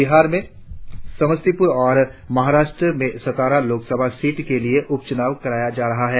बिहार में समस्तीपुर और महाराष्ट्र में सतारा लोकसभा सीट के लिए उपचुनाव कराया जा रहा है